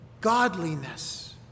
godliness